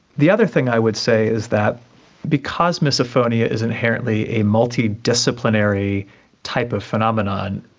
the other thing i would say is that because misophonia is inherently a multidisciplinary type of phenomenon,